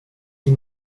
sie